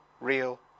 real